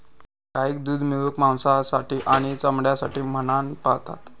गाईक दूध मिळवूक, मांसासाठी आणि चामड्यासाठी म्हणान पाळतत